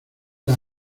las